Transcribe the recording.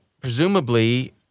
presumably